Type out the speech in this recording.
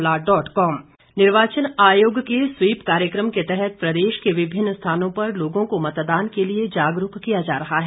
SVEEP निर्वाचन आयोग के स्वीप कार्यक्रम के तहत प्रदेश के विभिन्न स्थानों पर लोगों को मतदान के लिए जागरूक किया जा रहा है